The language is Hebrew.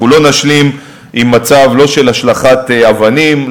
אנחנו לא נשלים עם מצב של השלכת אבנים,